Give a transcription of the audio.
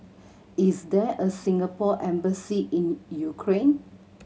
is there a Singapore Embassy in Ukraine